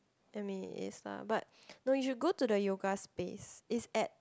I mean it is lah but no you should go to the yoga space is at